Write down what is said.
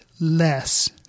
less